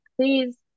please